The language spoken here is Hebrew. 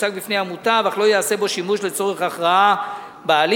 שיוצג בפני המותב אך לא ייעשה בו שימוש לצורך ההכרעה בהליך.